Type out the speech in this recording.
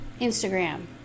Instagram